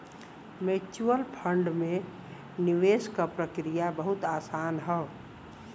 mutual fund में निवेश क प्रक्रिया बहुत आसान हौ